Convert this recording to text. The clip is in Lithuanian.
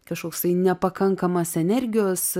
kažkoksai nepakankamas energijos